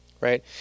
right